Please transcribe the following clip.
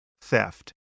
theft